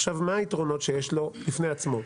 עכשיו מה היתרונות שיש לו בפני עצמו,